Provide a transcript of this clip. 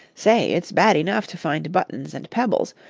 say, it's bad enough to find buttons and pebbles,